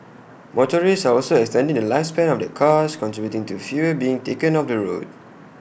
motorists are also extending the lifespan of their cars contributing to fewer being taken off the road